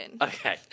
Okay